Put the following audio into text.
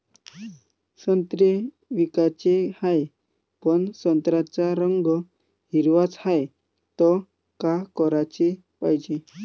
संत्रे विकाचे हाये, पन संत्र्याचा रंग हिरवाच हाये, त का कराच पायजे?